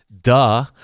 duh